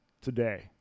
today